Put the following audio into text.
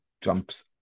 jumps